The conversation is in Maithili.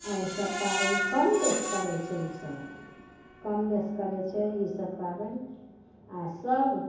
आओर सब पाबनि कम बेस करै छै ओसभ कम बेस करै छै ईसब पाबनि आओर सब